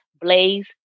Blaze